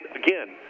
again